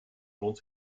lohnt